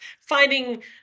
finding